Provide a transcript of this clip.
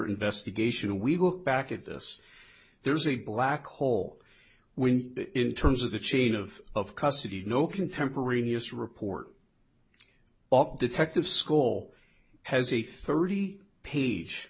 investigation we look back at this there's a black hole when in terms of the chain of of custody no contemporaneous report of detective skoal has a thirty page